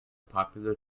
popular